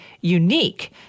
unique